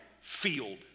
field